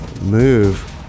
move